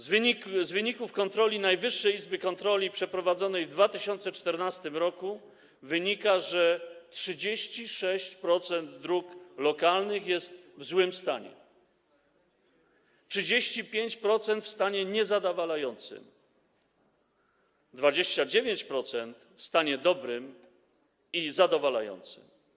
Z wyników kontroli Najwyższej Izby Kontroli przeprowadzonej w 2014 r. wynika, że 36% dróg lokalnych jest w złym stanie, 35% w stanie niezadowalającym, 29% w stanie dobrym i zadowalającym.